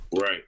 right